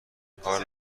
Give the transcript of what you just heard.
کار